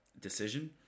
decision